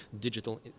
digital